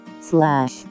slash